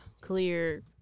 clear